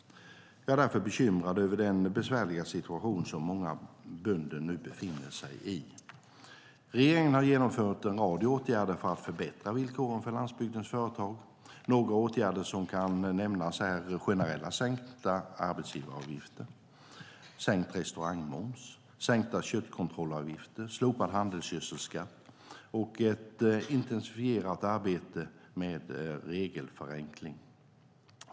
Jag är därför bekymrad över den besvärliga situation som många bönder nu befinner sig i. Regeringen har genomfört en rad åtgärder för att förbättra villkoren för landsbygdens företag. Några åtgärder som kan nämnas är generellt sänkta arbetsgivaravgifter, sänkt restaurangmoms, sänkta köttkontrollavgifter, slopad handelsgödselskatt och ett intensifierat arbete med regelförenkling.